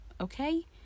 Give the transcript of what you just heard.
okay